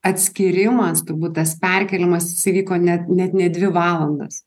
atskyrimas turbūt tas perkėlimas jisai vyko net net ne dvi valandas